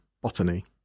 botany